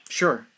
sure